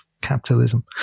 capitalism